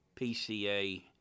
PCA